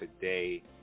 today